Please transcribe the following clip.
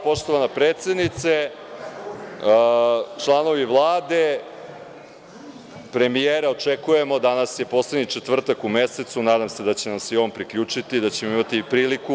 Poštovana predsednice, članovi Vlade, premijera očekujemo, danas je poslednji četvrtak u mesecu, nadam se da će nam se i on priključiti, da ćemo imati priliku.